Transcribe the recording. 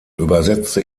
übersetzte